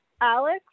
Alex